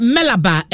Melaba